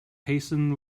hasten